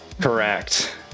Correct